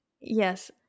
Yes